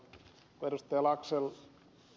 kun ed